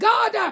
God